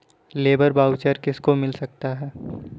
Labour voucher किसको मिल सकता है?